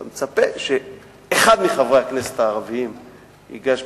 אתה מצפה שאחד מחברי הכנסת הערבים ייגש,